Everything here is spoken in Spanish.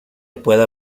pueda